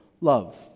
love